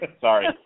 Sorry